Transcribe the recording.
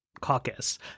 caucus